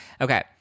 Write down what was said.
Okay